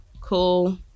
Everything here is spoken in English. cool